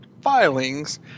filings